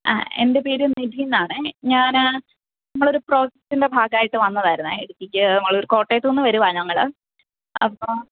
ആ എന്റെ പേര് നിധി എന്നാണേ ഞാന് ഞങ്ങളൊരു പ്രോ ന്റെ ഭാഗമായിട്ട് വന്നതായിരുന്നേ ഇടുക്കിക്ക് മാളൂര് കോട്ടയത്തുനിന്ന് വരുകയാണ് ഞങ്ങള് അപ്പോള്